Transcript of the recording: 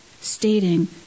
stating